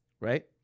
Right